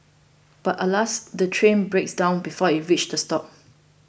but alas the train breaks down before it reaches the stop